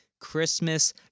Christmas